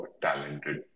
talented